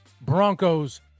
Broncos